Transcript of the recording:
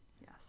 Yes